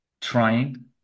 trying